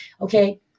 Okay